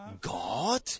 God